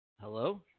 hello